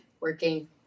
working